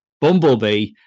Bumblebee